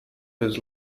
his